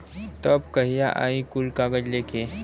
तब कहिया आई कुल कागज़ लेके?